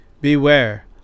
Beware